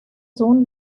sohn